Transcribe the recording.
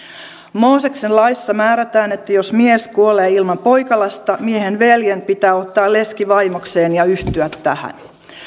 mooseksen laissa määrätään että jos mies kuolee ilman poikalasta miehen veljen pitää ottaa leski vaimokseen ja yhtyä tähän